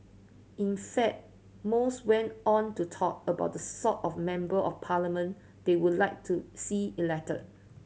in fact most went on to talk about the sort of Member of Parliament they would like to see elected